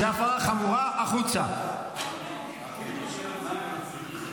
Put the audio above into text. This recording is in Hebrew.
עופר --- אני קורא אותך לסדר פעם